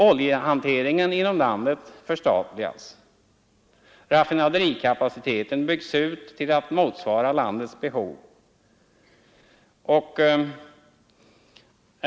Oljehanteringen inom landet förstatligas och raffinaderikapaciteten byggs ut till att motsvara landets behov.